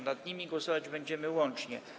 Nad nimi głosować będziemy łącznie.